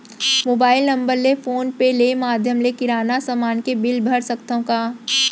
Mobile number ले PhonePe ले माधयम ले किराना समान के बिल भर सकथव का?